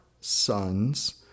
sons